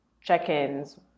check-ins